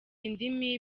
indimi